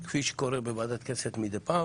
כפי שקורה בוועדת כנסת מידי פעם,